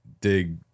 dig